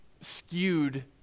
skewed